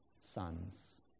sons